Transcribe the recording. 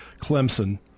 Clemson